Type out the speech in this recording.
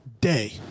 day